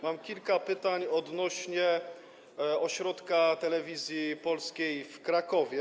Mam kilka pytań odnośnie do ośrodka Telewizji Polskiej w Krakowie.